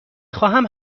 خواهم